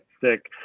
sick